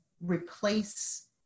replace